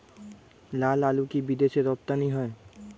লালআলু কি বিদেশে রপ্তানি হয়?